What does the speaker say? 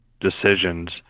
decisions